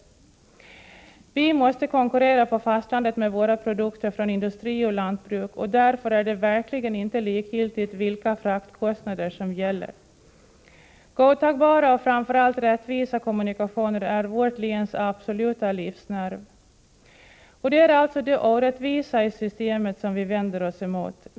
Vi Nr 113 måste konkurrera på fastlandet med våra produkter från industri och Onsdagen den lantbruk, och därför är det verkligen inte likgiltigt vilka fraktkostnader som = 10 april 1985 gäller. Godtagbara och framför allt rättvisa kommunikationer är vårt läns absoluta livsnerv. Transportstödet för Och det är alltså det orättvisa i systemet som vi vänder oss emot.